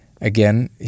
Again